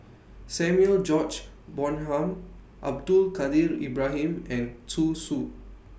Samuel George Bonham Abdul Kadir Ibrahim and Zhu Xu